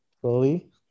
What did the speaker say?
slowly